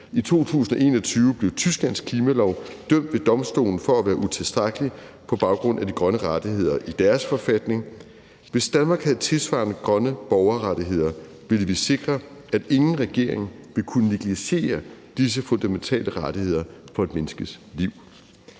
I 2021 blev Tysklands klimalov ved domstolen vurderet til at være utilstrækkelig på baggrund af de grønne rettigheder i deres forfatning. Hvis Danmark havde tilsvarende grønne borgerrettigheder, ville vi sikre, at ingen regering ville kunne negligere disse fundamentale rettigheder for et menneskes liv.